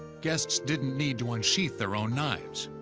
guests didn't need to unsheathe their own knives.